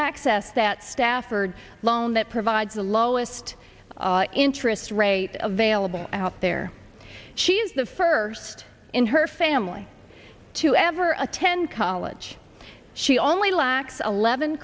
access that safford loan that provides the lowest interest rate of vailable out there she's the first in her family to ever attend college she only lacks eleven